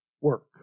work